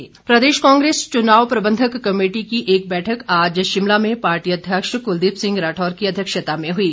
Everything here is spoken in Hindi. कांग्रेस बैठक प्रदेश कांग्रेस चुनाव प्रबंधक कमेटी की एक बैठक आज शिमला में पार्टी अध्यक्ष कुलदीप सिंह राठौर की अध्यक्षता में हुई